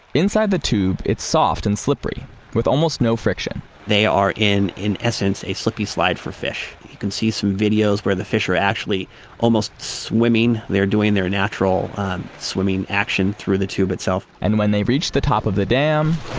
inside the tube, it's soft and slippery with almost no friction they are in, in essence, a slippy slide for fish. you can see some videos where the fish are actually almost swimming. they're doing their natural swimming action through the tube itself. and when they reach the top of the dam,